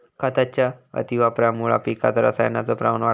खताच्या अतिवापरामुळा पिकात रसायनाचो प्रमाण वाढता